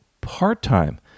part-time